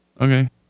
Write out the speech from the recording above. Okay